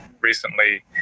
recently